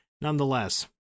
nonetheless